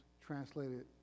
translated